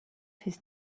his